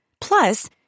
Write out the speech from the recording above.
Plus